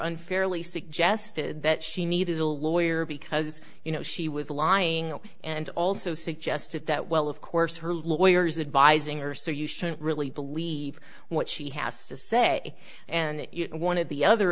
unfairly suggested that she needed a lawyer because you know she was lying and also suggested that well of course her lawyers advising her so you shouldn't really believe what she has to say and one of the other